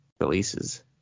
releases